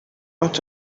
lot